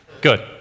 Good